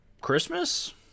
Christmas